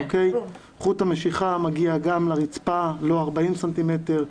חוט המשיכה מגיע גם לרצפה, לא 40 סנטימטר.